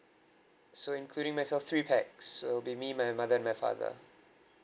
so including myself three pax so it'd be me my mother and my father